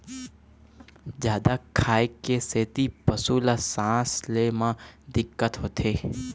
जादा खाए के सेती पशु ल सांस ले म दिक्कत होथे